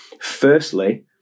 Firstly